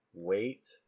Wait